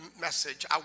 message